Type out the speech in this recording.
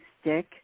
stick